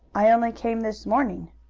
i only came this morning.